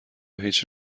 هیچ